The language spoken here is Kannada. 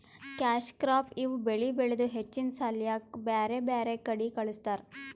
ಕ್ಯಾಶ್ ಕ್ರಾಪ್ ಇವ್ ಬೆಳಿ ಬೆಳದು ಹೆಚ್ಚಿನ್ ಸಾಲ್ಯಾಕ್ ಬ್ಯಾರ್ ಬ್ಯಾರೆ ಕಡಿ ಕಳಸ್ತಾರ್